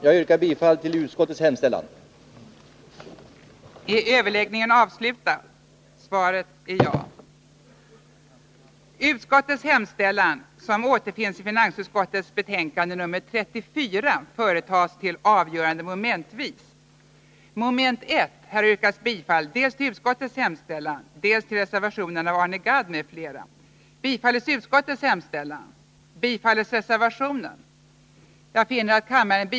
Jag yrkar bifall till utskottets hemställan.